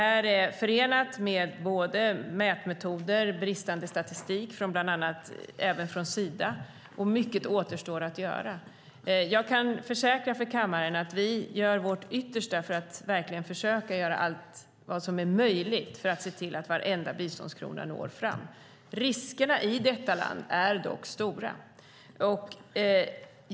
Det är förenat med mätmetoder och bristande statistik även från Sida, och mycket återstår att göra. Jag kan försäkra kammaren att vi gör vårt yttersta för att verkligen försöka göra allt vad som är möjligt för att se till att varenda biståndskrona når fram. Riskerna i detta land är dock stora.